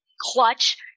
clutch